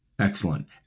Excellent